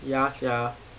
ya sia